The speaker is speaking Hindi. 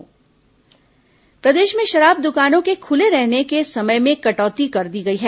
कोरोना शराब दकान प्रदेश में शराब दुकानों के खूले रहने के समय में कटौती कर दी गई है